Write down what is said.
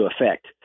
effect